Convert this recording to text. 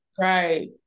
Right